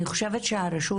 אני חושבת שהרשות,